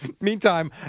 Meantime